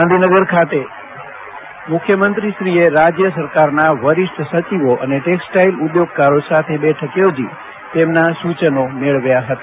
ગાંધીનગર ખાતે મુખ્યમંત્રીશ્રીએ રાજ્ય સરકારનાં વરિષ્ઠ સચિવો અને ટેક્સટાઇલ ઉદ્યોગકારો સાથે બેઠક થોજી તેમના સૂચનો મેળવ્યા હતા